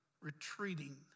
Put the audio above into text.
retreating